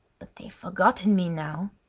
but they've forgotten me now!